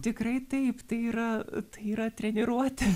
tikrai taip tai yra tai yra treniruotė